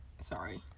Sorry